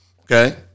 Okay